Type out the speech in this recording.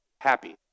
happy